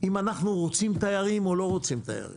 אם אנחנו רוצים תיירים או לא רוצים תיירים.